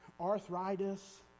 arthritis